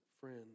friend